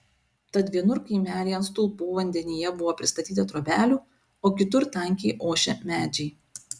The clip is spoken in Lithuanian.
tad vienur kaimelyje ant stulpų vandenyje buvo pristatyta trobelių o kitur tankiai ošė medžiai